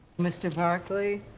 mr. barclay.